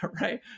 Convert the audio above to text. right